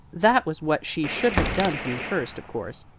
that was what she should have done from the first, of course.